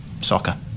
soccer